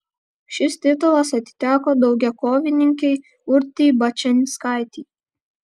šis titulas atiteko daugiakovininkei urtei bačianskaitei